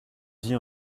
dit